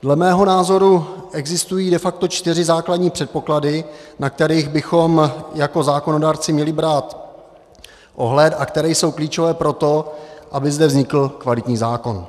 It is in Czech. Dle mého názoru existují de facto čtyři základní předpoklady, na které bychom jako zákonodárci měli brát ohled a které jsou klíčové pro to, aby zde vznikl kvalitní zákon.